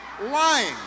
lying